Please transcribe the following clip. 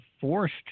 forced